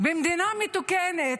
במדינה מתוקנת,